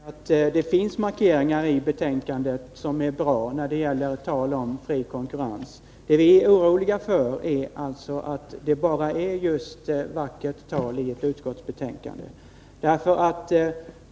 Herr talman! Lennart Pettersson har rätt i att det finns markeringar i betänkandet som är bra när det gäller talet om fri konkurrens. Det vi är oroliga för är att det bara är just vackert tal i ett utskottsbetänkande.